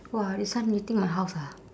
!wah! this one you think my house ah